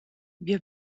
wir